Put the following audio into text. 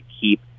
keep